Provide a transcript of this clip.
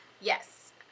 Yes